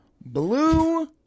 Blue